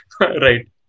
Right